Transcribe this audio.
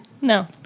No